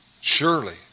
Surely